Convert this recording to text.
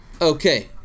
Okay